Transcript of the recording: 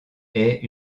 est